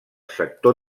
sector